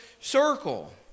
circle